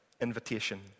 invitation